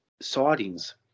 sightings